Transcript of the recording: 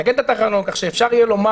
תקן את התקנון כך שאפשר יהיה לומר